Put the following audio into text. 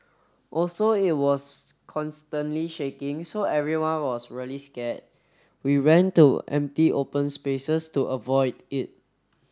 also it was constantly shaking so everyone was really scared we ran to empty open spaces to avoid it